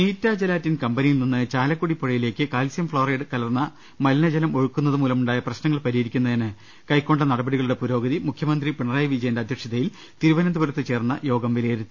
നീറ്റ gelatin കമ്പനിയിൽ നിന്ന് ചാലക്കുടി പുഴയിലേക്ക് കാൽസ്യം ക്ളോറൈഡ് കലർന്ന മലിനജലം ഒഴുക്കുന്നതു മൂലം ഉണ്ടായ പ്രശ്നങ്ങൾ പരിഹരിക്കുന്നതിന് കൈക്കൊണ്ട നടപടിക ളുടെ പുരോഗതി മുഖ്യമന്ത്രി പിണറായി വിജയന്റെ അധ്യക്ഷതയിൽ തിരുവനന്തപുരത്ത് ചേർന്ന യോഗം വിലയിരുത്തി